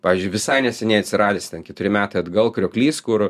pavyzdžiui visai neseniai atsiradęs ten keturi metai atgal krioklys kur